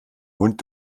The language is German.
mund